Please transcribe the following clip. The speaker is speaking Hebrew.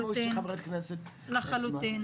לחלוטין.